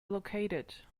located